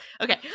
okay